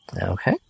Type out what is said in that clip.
Okay